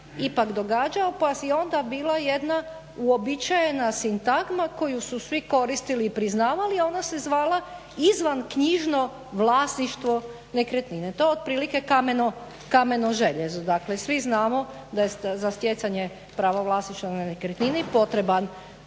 ipak događao pa je onda bila jedna uobičajena sintagma koju su svi koristili i priznavali, a ona se zvala izvan knjižno vlasništvo nekretnine. To je otprilike kameno željezo. Dakle svi znamo da je za stjecanje prava vlasništva na nekretnini potreban